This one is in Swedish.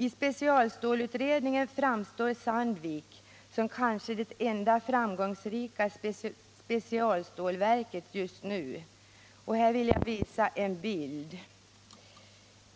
I specialstålsutredningen framstår Sandvik som det kanske enda framgångsrika specialstålverket just nu.